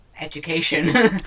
education